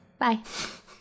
-bye